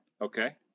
Okay